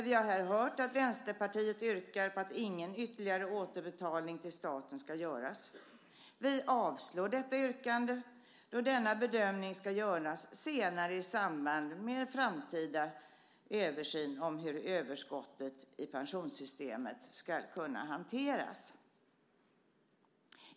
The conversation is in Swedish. Vi har här hört att Vänsterpartiet yrkar på att ingen ytterligare återbetalning till staten ska göras. Vi avslår detta yrkande då denna bedömning ska göras senare i samband med en framtida översyn om hur överskottet i pensionssystemet ska kunna hanteras.